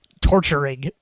torturing